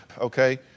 Okay